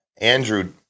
Andrew